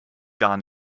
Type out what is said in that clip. gar